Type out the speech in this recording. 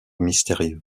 mystérieux